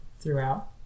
throughout